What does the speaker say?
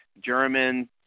German